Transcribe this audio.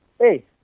hey